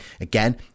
again